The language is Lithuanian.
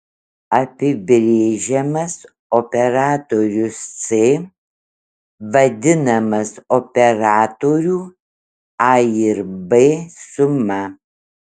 apibrėžiamas operatorius c vadinamas operatorių a ir b suma